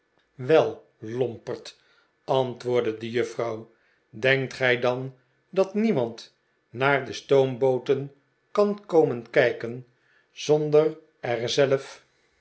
wel lomperd antwoordde de juffrouw denkt gij dan dat niemand naar de stoombooten kan komen kijken zonder er zelf